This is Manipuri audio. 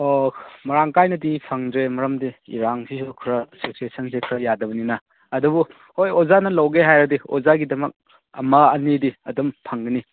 ꯑꯣ ꯃꯔꯥꯡ ꯀꯥꯏꯅꯗꯤ ꯐꯪꯗ꯭ꯔꯦ ꯃꯔꯝꯗꯤ ꯏꯔꯥꯡꯁꯤꯁꯨ ꯈꯔ ꯁꯤꯆꯨꯋꯦꯁꯟꯁꯤ ꯈꯔ ꯌꯥꯗꯕꯅꯤꯅ ꯑꯗꯨꯕꯨ ꯍꯣꯏ ꯑꯣꯖꯥꯅ ꯂꯧꯒꯦ ꯍꯥꯏꯔꯗꯤ ꯑꯣꯖꯥꯒꯤꯗꯃꯛ ꯑꯃ ꯑꯅꯤꯗꯤ ꯑꯗꯨꯝ ꯐꯪꯒꯅꯤ